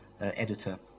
editor